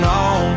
on